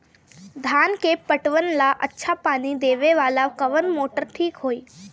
धान के पटवन ला अच्छा पानी देवे वाला कवन मोटर ठीक होई?